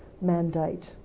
mandate